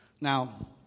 Now